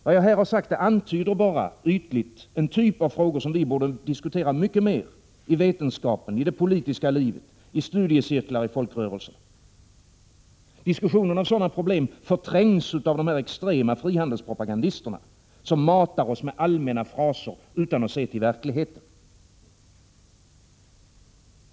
Vad jag här har sagt antyder bara ytligt en typ av frågor som vi borde diskutera mycket mer i vetenskapen, i det politiska livet, i studiecirklar, i folkrörelser. Diskussionen om sådana problem förträngs av de extrema frihandelspropagandisterna, som matar oss med allmänna fraser utan att se till verkligheten.